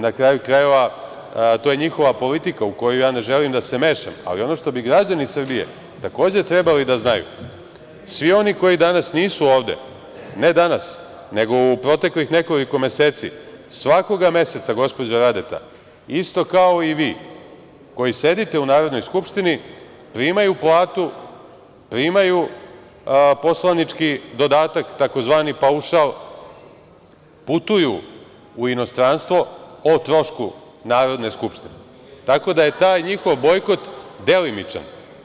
Na kraju krajeva, to je njihova politika u koju ja ne želim da se mešam, ali ono što bi građani Srbije, takođe, trebali da znaju, svi oni koji danas nisu ovde, ne danas nego u proteklih nekoliko meseci, svakoga meseca, gospođo Radeta, isto kao i vi koji sedite u Narodnoj skupštini, primaju platu, primaju poslanički dodatak, tzv. paušal, putuju u inostranstvo o trošku Narodne skupštine, tako da je taj njihov bojkot delimičan.